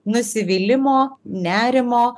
nusivylimo nerimo